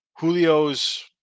Julio's